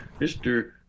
Mr